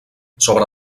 sobre